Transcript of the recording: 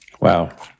Wow